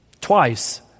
Twice